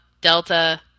Delta